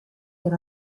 per